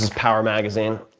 power magazine.